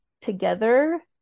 together